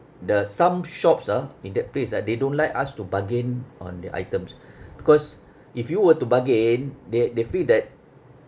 there are some shops ah in that place ah they don't like us to bargain on their items because if you were to bargain they they feel that